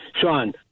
Sean